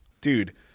Dude